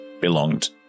belonged